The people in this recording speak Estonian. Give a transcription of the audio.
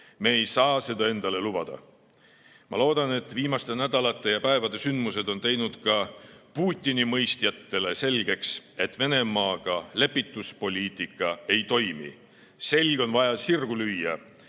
Me ei saa seda endale lubada. Ma loodan, et viimaste nädalate ja päevade sündmused on teinud ka Putini-mõistjatele selgeks, et Venemaaga lepituspoliitika ei toimi, selg on vaja sirgu lüüa